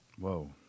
Whoa